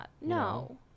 No